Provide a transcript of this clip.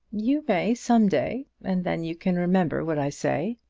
you may some day and then you can remember what i say.